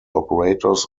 operators